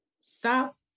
stop